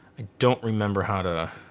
i don't remember how to